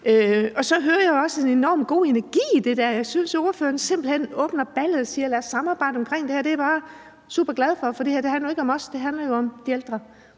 Så hører jeg også en enormt god energi fra ordføreren, når hun åbner ballet og siger: Lad os samarbejde om det her. Det er jeg bare super glad for, for det her handler jo ikke om os. Det handler jo om de ældre